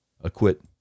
acquit